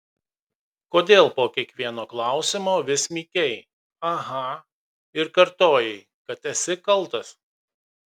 kodėl po kiekvieno klausimo vis mykei aha ir kartojai kad esi kaltas